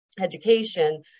education